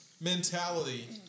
mentality